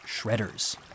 shredders